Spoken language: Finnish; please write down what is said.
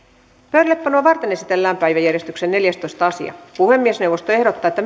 pöydällepanoa varten esitellään päiväjärjestyksen neljästoista asia puhemiesneuvosto ehdottaa että